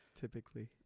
typically